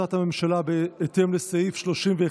לחוק-יסוד: